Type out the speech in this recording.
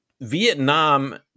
Vietnam